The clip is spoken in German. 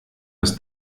das